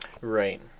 Right